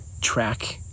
track